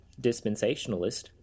dispensationalist